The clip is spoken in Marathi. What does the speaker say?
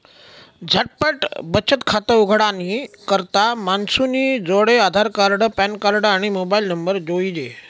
झटपट बचत खातं उघाडानी करता मानूसनी जोडे आधारकार्ड, पॅनकार्ड, आणि मोबाईल नंबर जोइजे